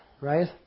right